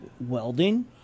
Welding